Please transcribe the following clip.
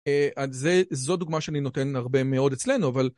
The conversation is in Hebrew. זו דוגמה שאני נותן הרבה מאוד אצלנו, אבל...